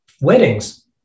weddings